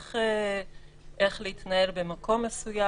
איך להתנהל במקום מסוים.